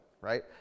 right